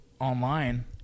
online